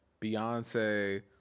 Beyonce